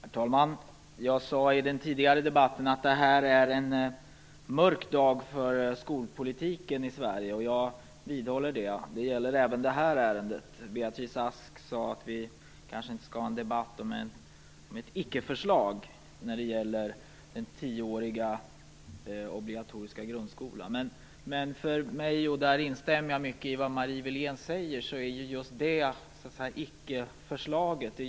Herr talman! Jag sade i den tidigare debatten att detta är en mörk dag för skolpolitiken i Sverige. Det gäller även i det här ärendet. Beatrice Ask sade att vi inte skulle ha en debatt om ett icke-förslag när det gäller den tioåriga obligatoriska grundskolan. Men icke-förslaget, och där instämmer jag mycket i vad Marie Wilén säger, är just det som är problemet.